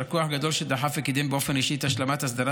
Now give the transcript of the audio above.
כוח גדול על שדחף וקידם באופן אישי את השלמת הסדרת